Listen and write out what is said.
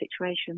situation